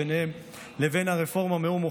וביניהם לבין הרפורמה אין מאום,